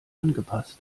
angepasst